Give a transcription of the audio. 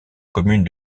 commune